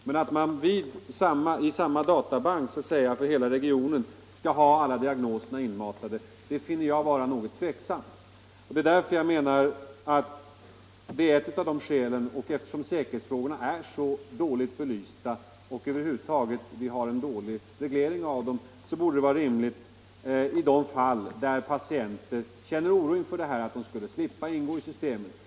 Men om man i samma databank skall ha diagnoserna för alla människor i hela regionen inmatade finner jag tveksamt. Av dessa skäl och eftersom säkerhetsfrågorna är så dåligt belysta och regleringen av dem är dålig vore det rimligt att låta patienter som känner oro för detta slippa ingå i systemet.